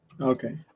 Okay